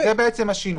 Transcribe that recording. זה בעצם השינוי.